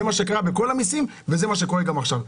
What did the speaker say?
זה מה שקרה בכל המיסים, וזה מה שקורה גם עכשיו.